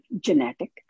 genetic